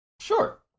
sure